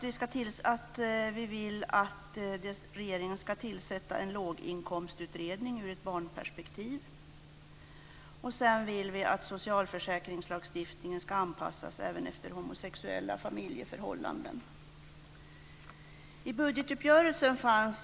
Vi vill vidare att regeringen ska tillsätta en låginkomstutredning ur ett barnperspektiv samt att socialförsäkringslagstiftningen ska anpassas även efter homosexuella familjeförhållanden.